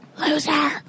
Loser